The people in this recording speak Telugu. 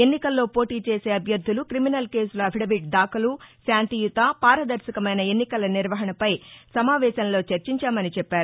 ఎన్నికల్లో పోటీచేసే అభ్యర్దులు క్రిమినల్ కేసుల అఫిడవిట్ దాఖలు శాంతియుత పారదర్భకమైన ఎన్నికల నిర్వహణపై సమావేశంలో చర్చించామని చెప్పారు